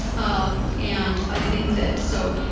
um and i think that so,